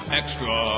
extra